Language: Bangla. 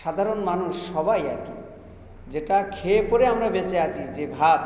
সাধারণ মানুষ সবাই আর কি যেটা খেয়ে পরে আমারা বেঁচে আছি যে ভাত